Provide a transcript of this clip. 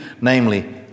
namely